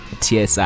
TSI